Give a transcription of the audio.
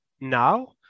now